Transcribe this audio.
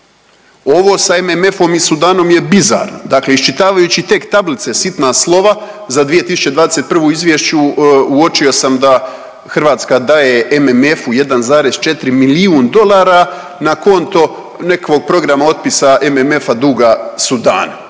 Ovo sa MMF-om i Sudanom je bizarno. Dakle, iščitavajući tek tablice, sitna slova za 2021. u izvješću uočio sam da Hrvatska daje MMF-u 1,4 milijun dolara na konto nekakvog programa otpisa MMF-a duga Sudanu,